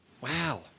Wow